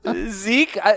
Zeke